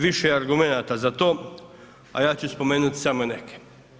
Više je argumenata za to, a ja ću spomenuti samo neke.